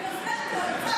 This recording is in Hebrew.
--- אני עוזרת לו